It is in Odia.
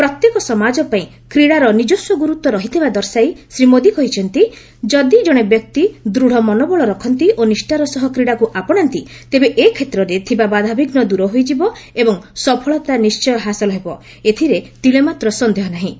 ପ୍ରତ୍ୟେକ ସମାଜ ପାଇଁ କ୍ରୀଡ଼ାର ନିଜସ୍ୱ ଗୁରୁତ୍ୱ ରହିଥିବା ଦର୍ଶାଇ ଶ୍ରୀ ମୋଦି କହିଛନ୍ତି ଯଦି ଜଣେ ବ୍ୟକ୍ତି ଦୂଢ଼ ମନୋବଳ ରଖନ୍ତି ଓ ନିଷ୍ଠାର ସହ କ୍ରୀଡ଼ାକୁ ଆପଣାନ୍ତି ତେବେ ଏ କ୍ଷେତ୍ରରେ ଥିବା ବାଧାବିଘୁ ଦୂର ହୋଇଯିବ ଏବଂ ସଫଳତା ନିଶ୍ଚୟ ହାସଲ ହେବ ଏଥିରେ ତିଳେମାତ୍ର ସଂଦେହ ନାହିଁ